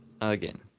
Again